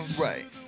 right